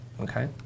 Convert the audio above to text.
okay